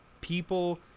people